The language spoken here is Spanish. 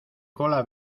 cola